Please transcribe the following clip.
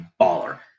baller